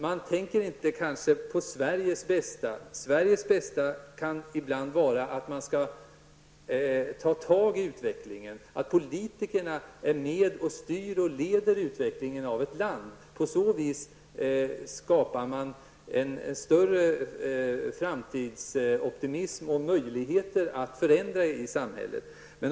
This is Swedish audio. Man tänker kanske inte på Sveriges bästa. Sveriges bästa kan ibland vara att man skall ta tag i utvecklingen och att politikerna skall vara med och styra och leda utvecklingen av ett land. På så sätt skapar man en större framtidsoptimism och större möjligheter att förändra i samhället.